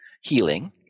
healing